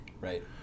Right